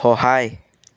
সহায়